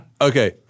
Okay